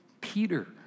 Peter